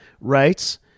writes